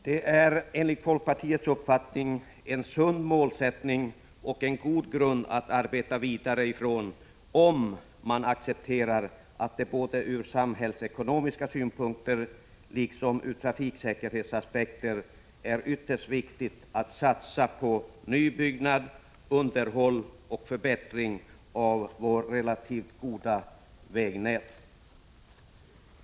Det ges enligt folkpartiets uppfattning en god grund att arbeta vidare ifrån om man accepterar att det ur både samhällsekonomiska synpunkter och trafiksäkerhetsaspekter är ytterst viktigt att satsa på såväl nybyggnad som underhåll och förbättringar av vårt vägnät, som håller en relativt hög standard.